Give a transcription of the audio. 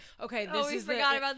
okay